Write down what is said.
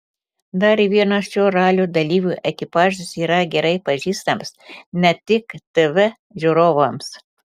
dar vienas šio ralio dalyvių ekipažas yra gerai pažįstamas ne tik tv žiūrovams